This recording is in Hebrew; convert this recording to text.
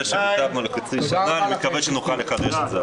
זה שקיצרנו לחצי שנה אני מקווה שנוכל לחדש את זה.